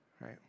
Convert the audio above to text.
right